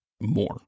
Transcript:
more